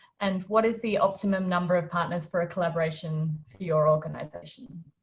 and what is the opt numb number of partners for a collaboration for your organisation?